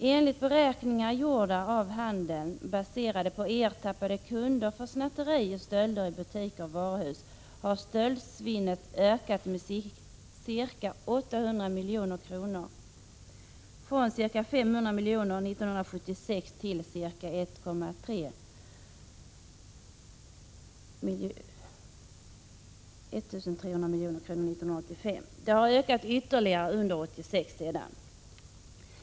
Enligt beräkningar gjorda av handeln — baserade på fall där kunder ertappats med snatterier och stölder i butiker och varuhus — har stöldsvinnet ökat från ca 500 milj.kr. 1976 till ca 1 300 milj.kr. 1985, dvs. med ca 800 milj.kr. Det har ökat ytterligare under 1986.